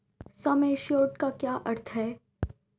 सम assured का क्या अर्थ है?